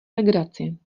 legraci